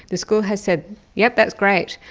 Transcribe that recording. the school has said yep that's great,